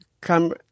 Come